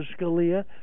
Scalia